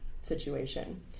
situation